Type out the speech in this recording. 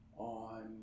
on